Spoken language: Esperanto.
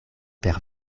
per